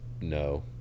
no